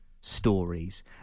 stories